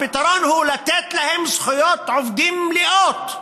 הפתרון הוא לתת להם זכויות עובדים מלאות.